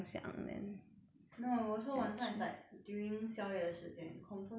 没有我说晚上 is like during 宵夜的时间 confirm 没有很多人